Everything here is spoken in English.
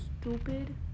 Stupid